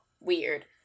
Weird